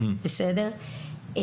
בסדר?